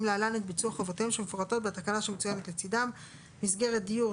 להלן את ביצוע חובותיהם שמפורטות בתקנה שמצוינת לצדם: (1)מסגרת דיור,